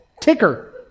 ticker